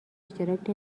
اشتراک